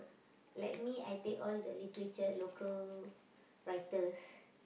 like me I take all the literature local writers